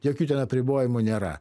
jokių ten apribojimų nėra